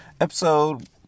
episode